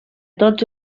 tots